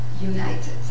united